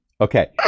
Okay